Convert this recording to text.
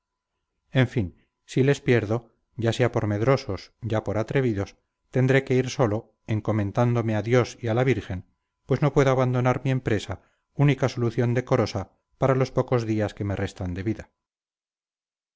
en fin si les pierdo ya sea por medrosos ya por atrevidos tendré que ir solo encomendándome a dios y a la virgen pues no puedo abandonar mi empresa única solución decorosa para los pocos días que me restan de vida